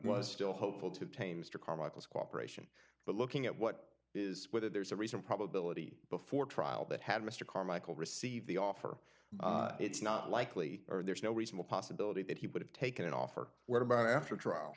was still hopeful to tames to carmichael's cooperation but looking at what is with it there's a reason probability before trial that had mr carmichael received the offer it's not likely or there's no reasonable possibility that he would have taken off or what about after a trial